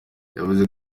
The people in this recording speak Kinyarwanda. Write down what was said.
yavuze